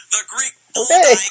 Hey